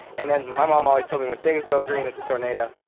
and then my mom always told me when things go green, it's a tornado.